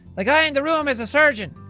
the guy in the room is a surgeon.